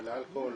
אלכוהול,